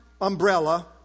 umbrella